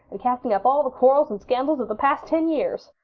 and casting up all the quarrels and scandals of the past ten years.